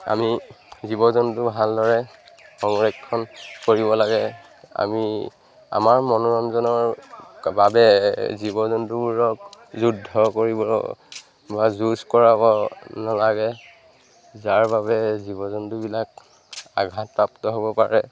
আমি জীৱ জন্তু ভালদৰে সংৰক্ষণ কৰিব লাগে আমি আমাৰ মনোৰঞ্জনৰ বাবে জীৱ জন্তুবোৰক যুদ্ধ কৰিব বা যুঁজ কৰাব নালাগে যাৰ বাবে জীৱ জন্তুবিলাক আঘাত প্ৰাপ্ত হ'ব পাৰে